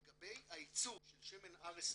לגבי הייצור של שמן RSO